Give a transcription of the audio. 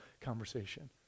conversation